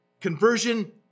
Conversion